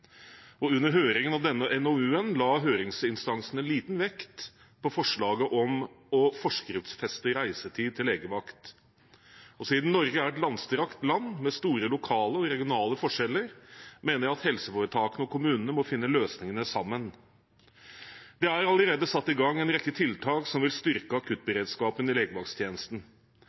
bedre. Under høringen av denne NOU-en la høringsinstansene liten vekt på forslaget om å forskriftsfeste reisetid til legevakt. Siden Norge er et langstrakt land med store lokale og regionale forskjeller, mener jeg at helseforetakene og kommunene må finne løsningene sammen. Det er allerede satt i gang en rekke tiltak som vil styrke akuttberedskapen i legevakttjenesten.